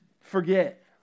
forget